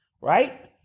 right